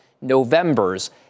November's